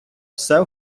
все